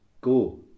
Go